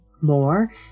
more